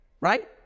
right